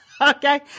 Okay